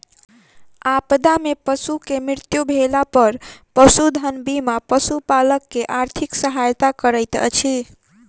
आपदा में पशु के मृत्यु भेला पर पशुधन बीमा पशुपालक के आर्थिक सहायता करैत अछि